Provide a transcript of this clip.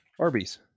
Arby's